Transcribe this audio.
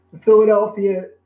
Philadelphia